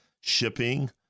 shipping